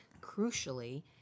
crucially